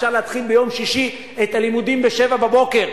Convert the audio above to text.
אפשר להתחיל ביום שישי את הלימודים ב-07:00,